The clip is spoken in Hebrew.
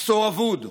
עשור אבוד.